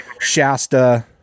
Shasta